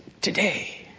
today